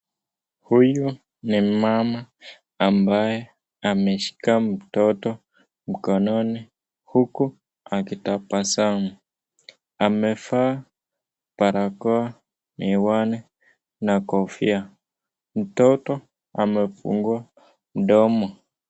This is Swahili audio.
Huyu ni mama ambaye ameshika mtoto mkononi huku akitabasamu. Amevaa barakoa miwani na kofia mtoto amefungua mdomo.